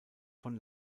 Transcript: von